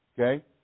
Okay